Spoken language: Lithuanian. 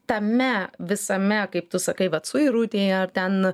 tame visame kaip tu sakai vat suirutėje ar ten